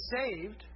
saved